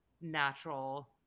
natural